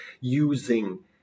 using